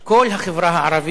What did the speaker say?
כל החברה הערבית